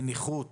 ונכות